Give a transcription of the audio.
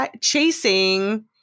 chasing